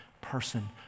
person